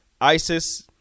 ISIS